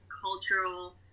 cultural